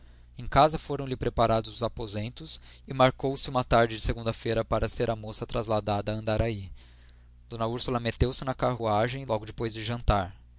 em casa foram lhe preparados os aposentos e marcou se uma tarde de segunda-feira para ser a moça trasladada a andaraí d úrsula meteu-se na carruagem logo depois de jantar